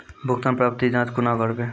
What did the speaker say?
भुगतान प्राप्ति के जाँच कूना करवै?